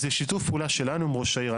זה שיתוף פעולה שלנו עם ראש העיר.